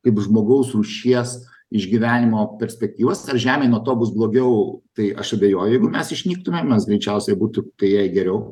kaip žmogaus rūšies išgyvenimo perspektyvas ar žemei nuo to bus blogiau tai aš abejoju jeigu mes išnyktume mes greičiausiai būtų jai geriau